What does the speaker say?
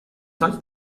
sonst